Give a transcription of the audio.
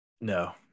No